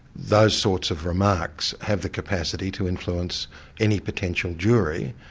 those sorts of remarks have the capacity to influence any potential jury,